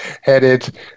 headed